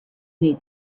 need